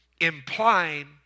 Implying